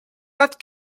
that